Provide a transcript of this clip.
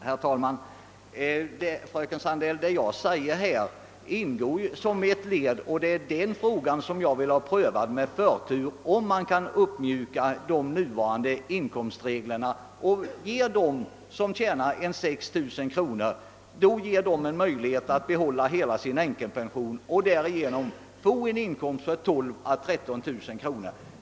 Herr talman! Vad jag sagt här ingår som ett led i sammanhanget. Den fråga jag vill ha prövad med förtur är om man kan uppmjuka de nuvarande inkomstreglerna och ge dem som tjänar 6 000 kronor möjlighet att behålla hela sin änkepension och därigenom få en inkomst på 12 000 å 13 000 kronor.